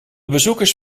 bezoekers